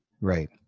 Right